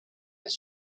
his